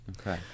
Okay